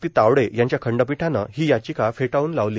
P Tawde यांच्या खंडपीठानं ही याचिका फेटाळली